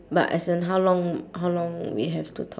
but as in how long how long we have to talk